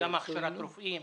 גם הכשרת רופאים.